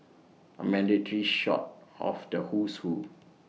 A mandatory shot of the Who's Who